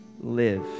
live